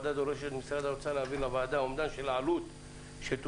הוועדה דורשת ממשרד האוצר להעביר לוועדה אומדן עלות שתוטל